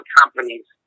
companies